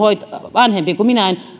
vanhempi kun minä en